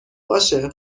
باشه